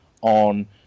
on